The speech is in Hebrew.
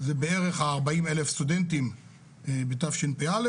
זה בערך 40,000 סטודנטים בתשפ"א,